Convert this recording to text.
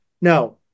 no